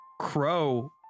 Crow